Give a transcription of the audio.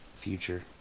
future